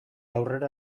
aurrera